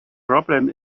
problem